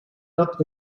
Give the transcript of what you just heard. not